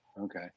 Okay